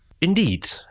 indeed